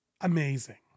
Amazing